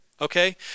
Okay